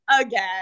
again